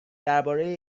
درباره